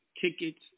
Tickets